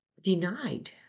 denied